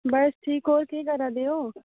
बस ठीक होर केह् करा देओ